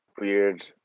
weird